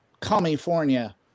California